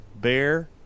bear